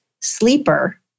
sleeper